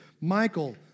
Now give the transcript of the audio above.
Michael